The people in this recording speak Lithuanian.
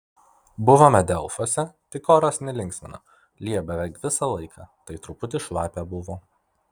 buvome delfuose tik oras nelinksmino lijo beveik visą laiką tai truputį šlapia buvo